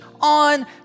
on